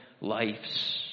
lives